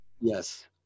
Yes